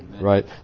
right